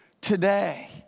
today